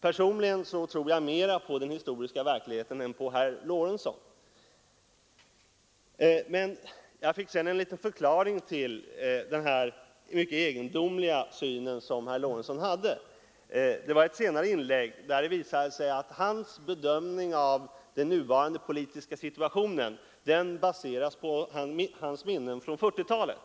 Personligen tror jag mera på den historiska verkligheten än på herr Lorentzon. Men jag fick en liten förklaring till den här mycket egendomliga synen som herr Lorentzon hade. Det var i ett senare inlägg, där det visade sig att herr Lorentzons bedömning av den nuvarande politiska situationen baseras på hans minnen från 1940-talet.